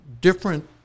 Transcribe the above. different